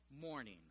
morning